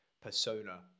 persona